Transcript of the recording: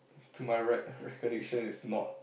to my re~ recollection is not